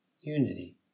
unity